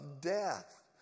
death